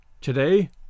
Today